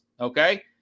Okay